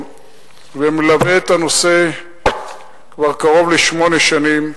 ומלווה את הנושא כבר קרוב לשמונה שנים,